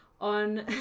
on